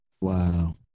Wow